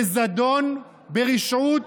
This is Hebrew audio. בזדון, ברשעות,